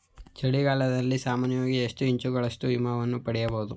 ಚಳಿಗಾಲದಲ್ಲಿ ಸಾಮಾನ್ಯವಾಗಿ ಎಷ್ಟು ಇಂಚುಗಳಷ್ಟು ಹಿಮವನ್ನು ಪಡೆಯಬಹುದು?